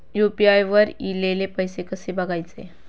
UPI वर ईलेले पैसे कसे बघायचे?